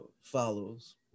follows